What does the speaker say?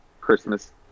Christmas